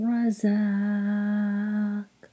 Razak